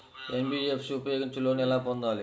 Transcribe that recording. NBFC ఉపయోగించి loan ఎలా పొందాలి?